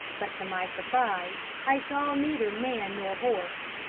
but to my surprise i saw neither man nor horse.